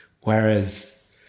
whereas